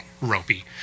ropey